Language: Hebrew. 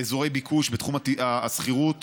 באזורי ביקוש, בתחום השכירות,